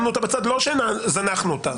לא שזנחנו אותה.